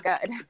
good